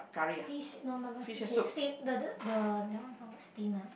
fish no no the fish head steam the the the that one call what steam ah